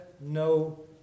no